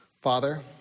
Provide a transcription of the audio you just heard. Father